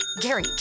Gary